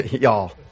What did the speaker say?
Y'all